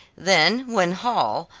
then when hall,